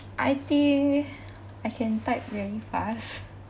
I think I can type very fast